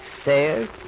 stairs